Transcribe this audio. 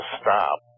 stop